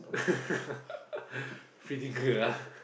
free thinker ah